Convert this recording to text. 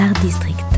District